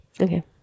Okay